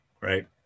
right